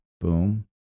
boom